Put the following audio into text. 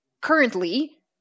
currently